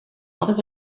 hadden